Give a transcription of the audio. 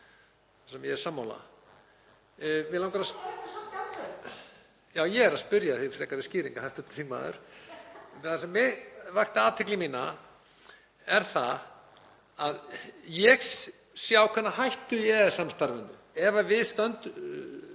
ESB sem ég er sammála.